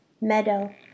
Meadow